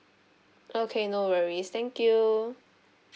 okay no worries thank you